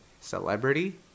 celebrity